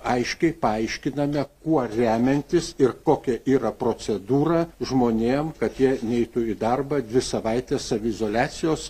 aiškiai paaiškiname kuo remiantis ir kokia yra procedūra žmonėm kad jie neitų į darbą dvi savaites saviizoliacijos